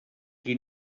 qui